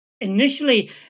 initially